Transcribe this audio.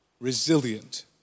resilient